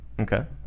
Okay